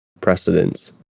precedence